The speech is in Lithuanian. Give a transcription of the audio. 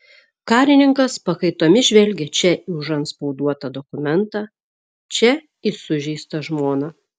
karininkas pakaitomis žvelgė čia į užantspauduotą dokumentą čia į sužeistą žmoną